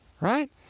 Right